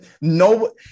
no